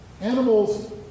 animals